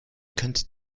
könnt